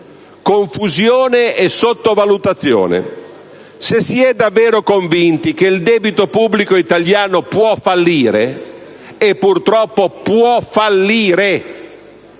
Confusione e sottovalutazione: se si è davvero convinti che il debito pubblico italiano può fallire, e purtroppo può fallire,